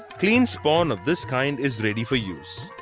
clean spawn of this kind is ready for use.